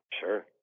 Sure